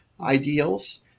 ideals